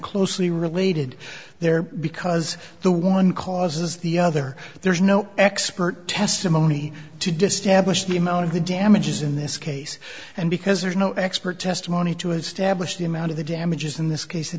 closely related there because the one causes the other there's no expert testimony to disturb the amount of the damages in this case and because there's no expert testimony to establish the amount of the damages in this case